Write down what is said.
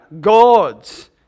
God's